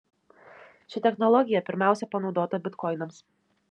ši technologija pirmiausia panaudota bitkoinams